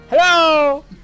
Hello